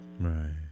Right